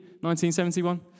1971